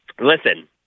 Listen